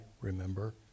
remember